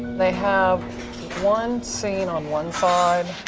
they have one scene on one side,